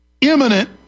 imminent